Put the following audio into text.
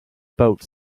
boat